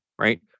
right